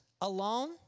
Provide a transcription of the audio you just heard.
alone